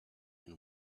and